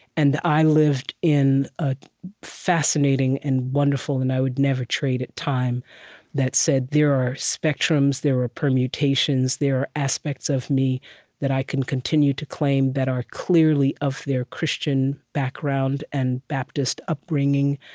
and i lived in a fascinating and wonderful and i-would-never-trade-it time that said, there are spectrums, there are permutations, there are aspects of me that i can continue to claim that are clearly of their christian background and baptist upbringing,